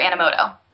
Animoto